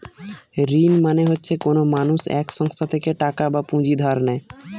ঋণ মানে হচ্ছে কোনো মানুষ এক সংস্থা থেকে টাকা বা পুঁজি ধার নেয়